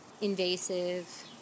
invasive